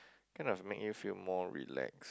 kind of make you feel more relaxed